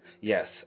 Yes